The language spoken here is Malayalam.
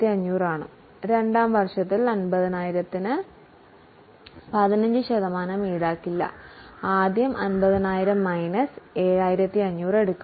ഇപ്പോൾ രണ്ടാം വർഷത്തിൽ 50000 ന് 15 ശതമാനം ഈടാക്കില്ല ആദ്യം നമ്മൾ 50000 മൈനസ് 7500 എടുക്കും